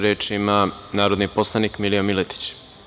Reč ima narodni poslanik Milija Miletić.